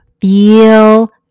Feel